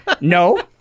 No